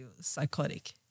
psychotic